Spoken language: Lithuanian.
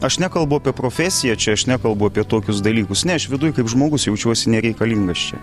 aš nekalbu apie profesiją čia aš nekalbu apie tokius dalykus ne aš viduj kaip žmogus jaučiuosi nereikalingas čia